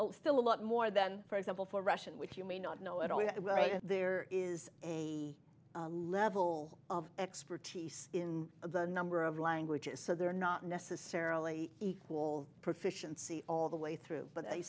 still a lot more than for example for russian which you may not know at all there is a level of expertise in the number of languages so they're not necessarily equal proficiency all the way through but